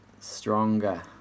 stronger